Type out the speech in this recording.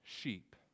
sheep